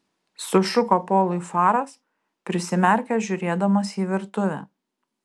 sušuko polui faras prisimerkęs žiūrėdamas į virtuvę